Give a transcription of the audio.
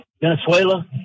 Venezuela